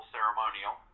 Ceremonial